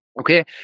Okay